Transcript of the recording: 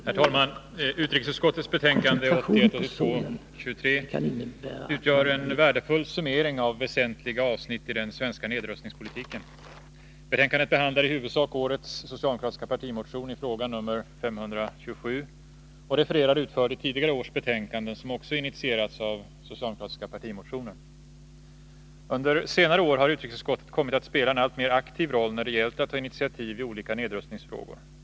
Herr talman! Utrikesutskottets betänkande 1981/82:23 utgör en värdefull summering av väsentliga avsnitt i den svenska nedrustningspolitiken. Betänkandet behandlar i huvudsak årets socialdemokratiska partimotion i frågan, nr 527, och refererar utförligt tidigare års betänkanden, som också initierats av socialdemokratiska partimotioner. Under senare år har utrikesutskottet kommit att spela en alltmer aktiv roll när det gällt att ta initiativ i olika nedrustningsfrågor.